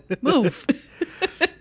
Move